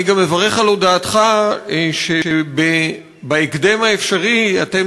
אני גם מברך על הודעתך שבהקדם האפשרי אתם